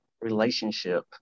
relationship